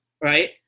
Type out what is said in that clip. Right